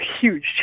huge